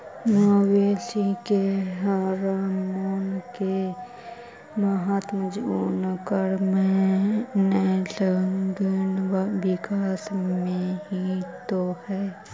मवेशी के हॉरमोन के महत्त्व उनकर नैसर्गिक विकास में हीं तो हई